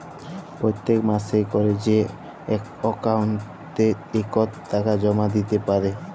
পত্তেক মাসে ক্যরে যে অক্কাউল্টে ইকট টাকা জমা দ্যিতে পারে